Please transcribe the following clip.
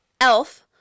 elf